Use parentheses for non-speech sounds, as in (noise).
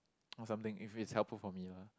(noise) or something if it's helpful for me lah